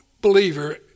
believer